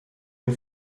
den